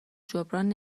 جبران